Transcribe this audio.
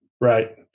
Right